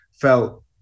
felt